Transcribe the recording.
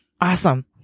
Awesome